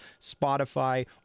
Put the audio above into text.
Spotify